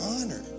honor